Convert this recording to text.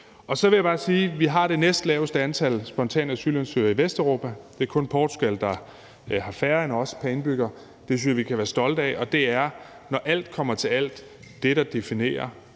Så vil jeg bare sige, at vi har det næstlaveste antal spontane asylansøgere i Danmark i Vesteuropa; det er kun Portugal, der har færre end os pr. indbygger. Det synes jeg at vi kan være stolte af. Det er, når alt kommer til alt, det, der definerer,